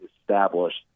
established